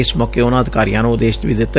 ਇਸ ਮੌਕੇ ਉਨੂਾਂ ਅਧਿਕਾਰੀਆਂ ਨੂੰ ਆਦੇਸ਼ ਵੀ ਦਿੱਤੇ